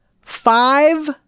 five